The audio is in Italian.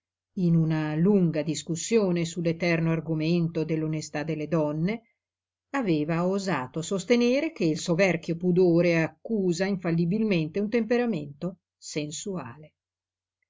in una lunga discussione su l'eterno argomento dell'onestà delle donne aveva osato sostenere che il soverchio pudore accusa infallibilmente un temperamento sensuale